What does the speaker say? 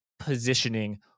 Positioning